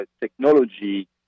technology